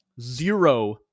zero